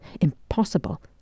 Impossible